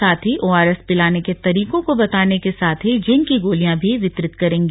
साथ ही ओआरएस पिलाने के तरीकों को बताने के साथ ही जिंक की गोलियां भी वितरित करेंगी